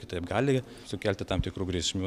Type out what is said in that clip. kitaip gali sukelti tam tikrų grėsmių